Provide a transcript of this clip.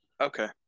Okay